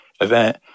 event